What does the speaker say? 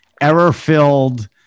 error-filled